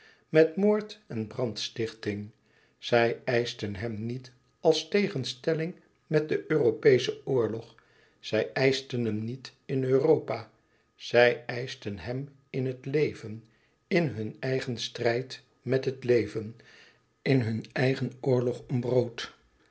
met moord en brandstichting zij eischten hem niet als tegenstelling met den europeeschen oorlog zij eischten hem niet in europa zij eischten hem in het leven in hun eigen strijd met het leven in hun eigen oorlog om brood